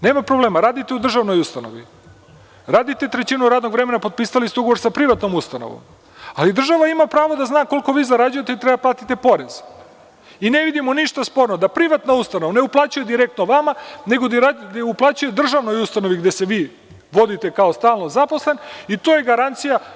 Nema problema radite u državnoj ustanovi, radite trećinu radnog vremena, potpisali ste ugovor sa privatnom ustanovom, ali država ima pravo da zna koliko vi zarađujete i treba da platite porez i ne vidim tu ništa sporno da privatna ustanova ne uplaćuje direktno vama nego uplaćuju državnoj ustanovi gde se vi vodite kao stalno zaposlen i to je garancija.